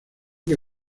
que